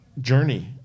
journey